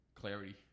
clarity